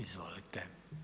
Izvolite.